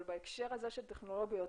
אבל בהקשר של טכנולוגיות,